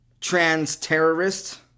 trans-terrorist